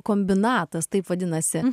kombinatas taip vadinasi